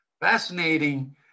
fascinating